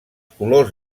colors